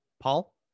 Paul